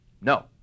No